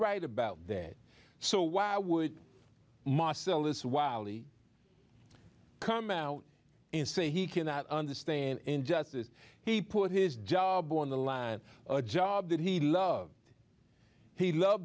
right about that so why would marcellus wiley come out and say he cannot understand injustice he put his job on the line a job that he loved he love